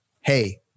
Hey